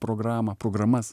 programą programas